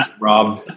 rob